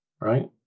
right